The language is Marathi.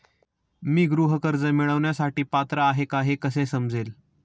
मी गृह कर्ज मिळवण्यासाठी पात्र आहे का हे कसे समजेल?